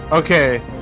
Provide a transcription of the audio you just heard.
Okay